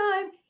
time